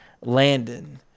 Landon